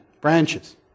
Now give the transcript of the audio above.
branches